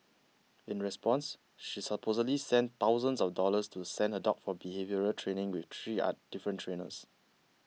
in response she supposedly spent thousands of dollars to send her dog for behaviour training with three other different trainers